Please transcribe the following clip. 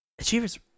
Achievers